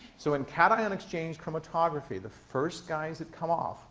so in cation and exchange chromatography the first guys that come off